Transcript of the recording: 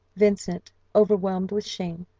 vincent, overwhelmed with shame,